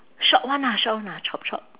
short one ah short one ah chop-chop